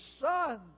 Son